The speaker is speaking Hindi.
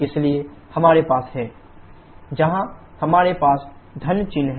इसलिए हमारे पास है 𝑊𝑃 ℎ4 − ℎ3 जहां हमारे पास धन चिह्न है